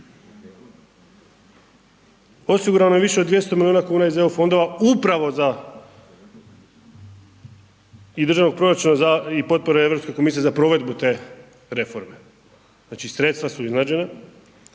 Osigurano je više od 200 milijuna kuna iz EU fondova, upravo za i državnog proračuna i potpore Europske komisije za provedbu te reforme. Znači sredstva su iznuđena.